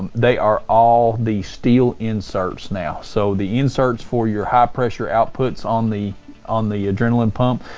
they are all the steel inserts now. so the inserts for your high pressure outputs on the on the adrenaline pump,